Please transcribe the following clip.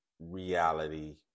reality